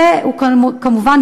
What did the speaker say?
וכמובן,